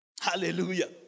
Hallelujah